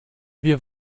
wir